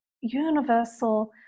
universal